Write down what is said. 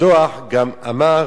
הדוח גם אמר